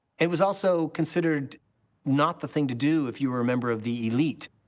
it was also considered not the thing to do if you were a member of the elite.